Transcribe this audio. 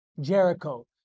Jericho